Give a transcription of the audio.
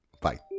Bye